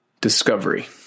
discovery